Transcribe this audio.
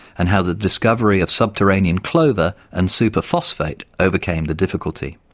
and how the discovery of subterranean clover and superphosphate overcame the difficulty.